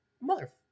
mother